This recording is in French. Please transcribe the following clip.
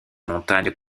montagnes